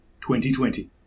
2020